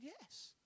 yes